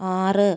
ആറ്